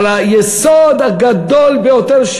אבל היסוד הגדול ביותר,